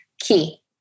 key